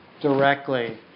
directly